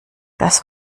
das